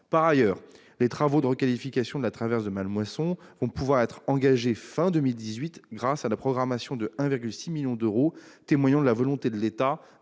Par ailleurs, les travaux de requalification de la traverse de Mallemoisson vont pouvoir être engagés à la fin de l'année 2018, grâce à la programmation de 1,6 million d'euros, témoignant de la volonté de l'État